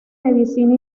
medicina